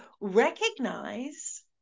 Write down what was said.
recognize